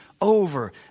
over